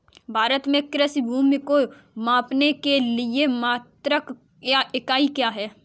भारत में कृषि भूमि को मापने के लिए मात्रक या इकाई क्या है?